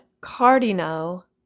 Cardinal